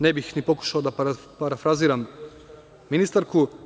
Ne bih pokušao da parafraziram ministarku.